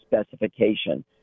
specification